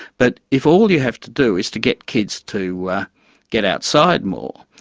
but if all you have to do is to get kids to get outside more,